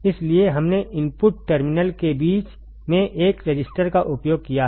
इसलिए हमने इनपुट टर्मिनलों के बीच में एक रजिस्टर का उपयोग किया है